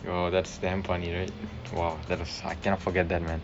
!wow! that's damn funny right !wow! that was I cannot forget that man